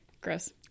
Gross